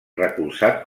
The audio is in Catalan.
recolzat